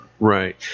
Right